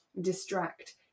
distract